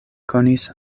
konis